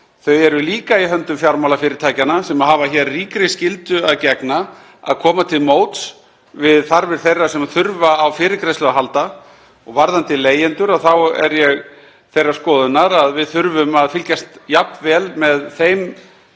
Þau eru líka í höndum fjármálafyrirtækjanna sem hafa hér ríkri skyldu að gegna við að koma til móts við þarfir þeirra sem þurfa á fyrirgreiðslu að halda. Varðandi leigjendur er ég þeirrar skoðunar að við þurfum að fylgjast jafn vel með þeim